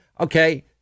Okay